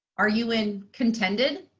are you in contended?